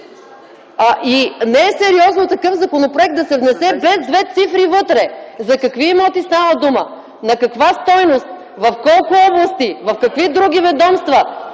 Не е сериозно такъв законопроект да се внесе без две цифри вътре! За какви имоти става дума, на каква стойност, в колко области, в какви други ведомства,